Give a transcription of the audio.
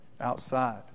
outside